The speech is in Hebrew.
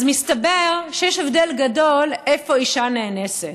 אז מסתבר שיש הבדל גדול איפה אישה נאנסת,